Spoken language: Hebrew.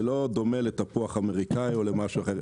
זה לא דומה לתפוח אמריקאי או למשהו אחר.